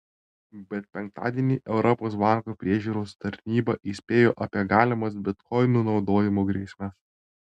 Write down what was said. bet penktadienį europos bankų priežiūros tarnyba įspėjo apie galimas bitkoinų naudojimo grėsmes